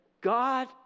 God